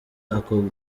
ako